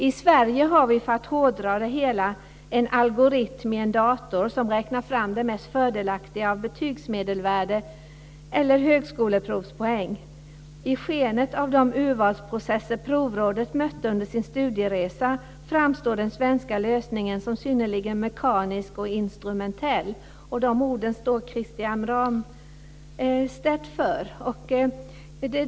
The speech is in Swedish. I Sverige har vi, för att något hårddra det hela, en algoritm i en dator som räknar fram det mest fördelaktiga av betygsmedelvärde eller högskoleprovspoäng. I skenet av de urvalsprocesser Provrådet mötte under sin studieresa framstår den svenska lösningen som synnerligen mekanisk och instrumentell." De orden står Kristian Ramstedt för.